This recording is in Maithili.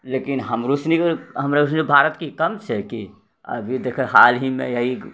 लेकिन हमरोसिनी हमरोसिनी भारतके कम छै कि अभी देखए हाल हीमे यहीँ